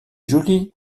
jolie